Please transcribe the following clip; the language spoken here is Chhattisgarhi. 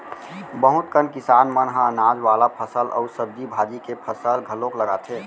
बहुत कन किसान मन ह अनाज वाला फसल अउ सब्जी भाजी के फसल घलोक लगाथे